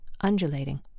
undulating